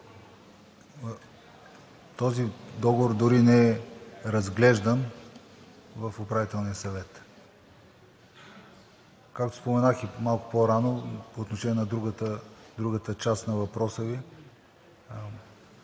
Този договор дори не е разглеждан в Управителния съвет. Както споменах и малко по-рано по отношение на другата част на въпроса Ви